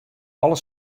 alle